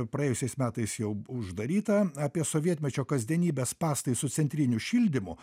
praėjusiais metais jau uždaryta apie sovietmečio kasdienybę spąstai su centriniu šildymu